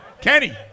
Kenny